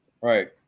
Right